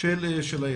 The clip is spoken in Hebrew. של הילדים.